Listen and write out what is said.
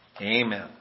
Amen